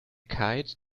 kite